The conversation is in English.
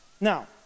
Now